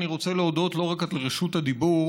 אני רוצה להודות לא רק על רשות הדיבור